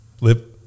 Live